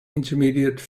intermediate